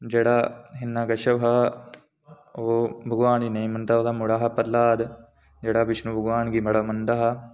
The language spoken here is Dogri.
कन्नै इक होलिका दहन आखदे न जेह्ड़ा हिरणाकश्यप हा ओह् भगवान गी नेईं हा मनदा